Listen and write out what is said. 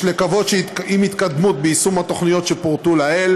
יש לקוות שעם התקדמות ביישום התוכניות שפורטו לעיל